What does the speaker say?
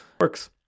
Works